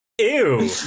Ew